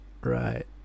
Right